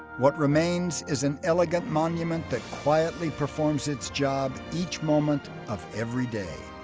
what remains is an elegant monument that quietly performs its job each moment of everyday.